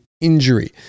injury